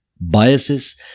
biases